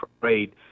trade